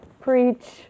Preach